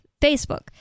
Facebook